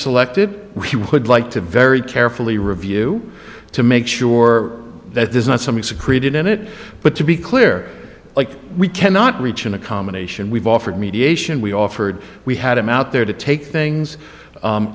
selected he would like to very carefully review to make sure that there's not something secreted in it but to be clear like we cannot reach an accommodation we've offered mediation we offered we had him out there to take things